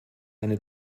eine